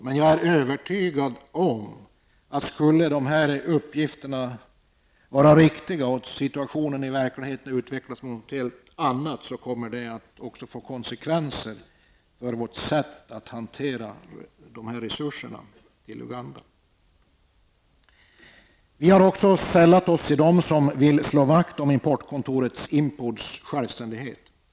Men jag är övertygad om att om vi får riktiga uppgifter om att situationen verkligen håller på att utvecklas i en ny riktning, kommer det också att få konsekvenser för vårt sätt att hantera resurserna till Uganda. Vi har också sällat oss till dem som vill slå vakt om importkontoret IMPODs självständighet.